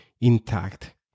intact